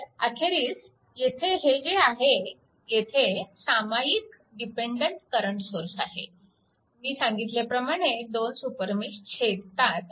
तर अखेरीस येथे हे जे आहे येथे सामायिक डिपेन्डन्ट करंट सोर्स आहे मी सांगितल्याप्रमाणे दोन सुपरमेश छेदतात